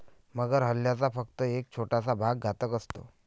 मगर हल्ल्याचा फक्त एक छोटासा भाग घातक असतो